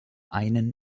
einen